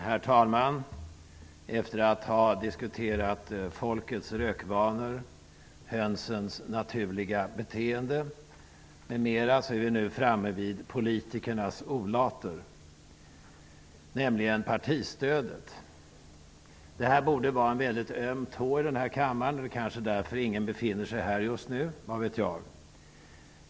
Herr talman! Efter att ha diskuterat folkets rökvanor och hönsens naturliga beteende m.m. är vi nu framme vid politikernas olater, nämligen partistödet. Denna fråga borde vara en öm tå i kammaren, och det är kanske därför ingen befinner sig här nu. Vad vet jag.